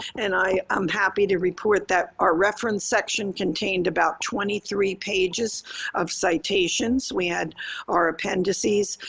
and i am happy to report that our reference section contained about twenty three pages of citations. we had our appendices.